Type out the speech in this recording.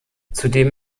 zudem